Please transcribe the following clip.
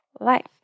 life